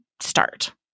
start